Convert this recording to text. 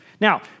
Now